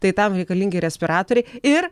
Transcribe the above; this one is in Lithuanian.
tai tam reikalingi respiratoriai ir